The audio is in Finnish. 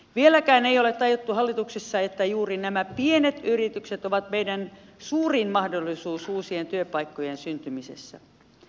vieläkään ei ole tajuttu hallituksessa että juuri nämä pienet yritykset ovat meidän suurin mahdollisuutemme uusien työpaikkojen syntymisessä